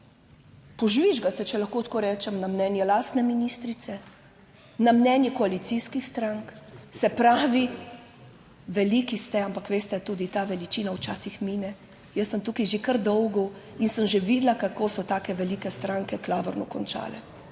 požvižgate, če lahko tako rečem, na mnenje lastne ministrice, na mnenje koalicijskih strank, se pravi, veliki ste, ampak veste, tudi ta veličina včasih mine. Jaz sem tukaj že kar dolgo in sem že videla, kako so take velike stranke klavrno končale,